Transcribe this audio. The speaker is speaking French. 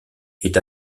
est